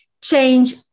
Change